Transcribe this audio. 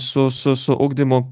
su su su ugdymu